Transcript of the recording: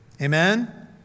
Amen